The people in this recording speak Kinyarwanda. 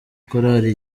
korali